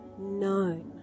known